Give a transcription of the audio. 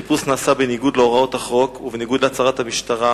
החיפוש נעשה בניגוד להוראות החוק ובניגוד להצהרת המשטרה